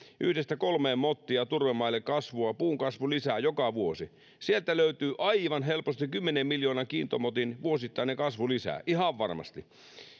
yksi kolme mottia turvemaille kasvua puunkasvulisää joka vuosi sieltä löytyy aivan helposti kymmenen miljoonan kiintomotin vuosittainen kasvulisä ihan varmasti